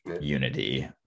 unity